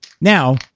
Now